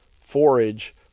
forage